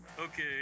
Okay